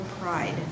Pride